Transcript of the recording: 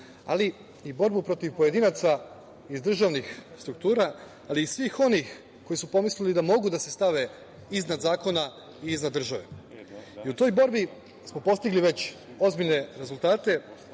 ali i borbu protiv pojedinaca iz državnih struktura, ali i svih onih koji su pomislili da mogu da se stave iznad zakona i iznad države.U toj borbi smo postigli već ozbiljne rezultate.